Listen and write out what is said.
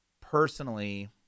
personally